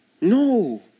no